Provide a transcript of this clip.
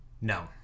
No